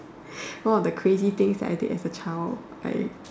one of the crazy things that I did as a child I